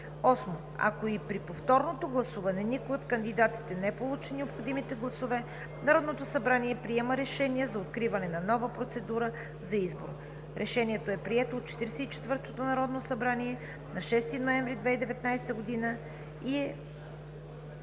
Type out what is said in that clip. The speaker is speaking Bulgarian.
8. Ако и при повторното гласуване никой от кандидатите не получи необходимите гласове, Народното събрание приема решение за откриване на нова процедура за избор. Решението е прието от Четиридесет и четвъртото народно събрание на 6 ноември 2019 г. и е